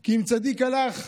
כי אם צדיק הלך,